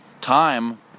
time